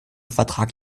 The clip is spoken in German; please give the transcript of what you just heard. vertrag